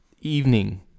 evening